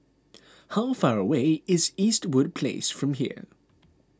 how far away is Eastwood Place from here